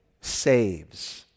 saves